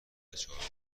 چهارراه